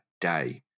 day